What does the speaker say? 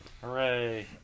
Hooray